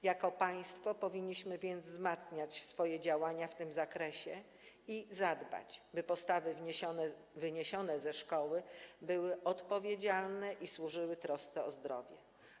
Jako państwo powinniśmy więc wzmacniać swoje działania w tym zakresie i zadbać o to, by postawy wyniesione ze szkoły były odpowiedzialne i służyły trosce o zdrowie.